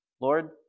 Lord